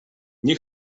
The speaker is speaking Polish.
nie